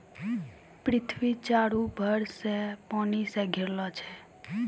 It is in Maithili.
पृथ्वी चारु भर से पानी से घिरलो छै